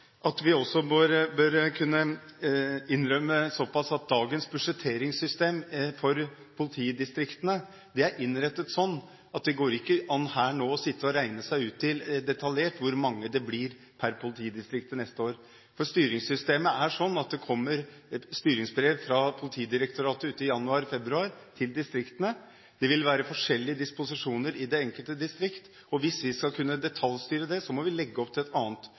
dagens budsjetteringssystem for politidistriktene er innrettet sånn at det ikke går an her og nå å sitte og regne ut detaljert hvor mange det blir per politidistrikt til neste år. Styringssystemet er sånn at det kommer et styringsbrev fra Politidirektoratet til politidistriktene i januar–februar. Det vil være forskjellige disposisjoner i det enkelte distrikt. Hvis vi skal kunne detaljstyre det, må vi legge opp til et annet